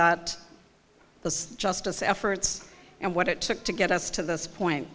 that the justice efforts and what it took to get us to this point